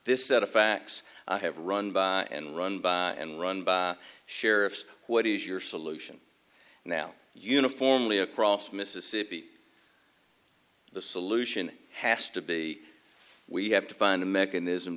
this set of facts have run and run and run sheriffs what is your solution now uniformly across mississippi the solution has to be we have to find the mechanism